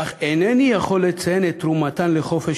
אך אינני יכול לציין את תרומתן לחופש